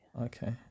Okay